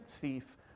thief